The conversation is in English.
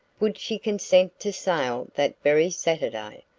would she consent to sail that very saturday?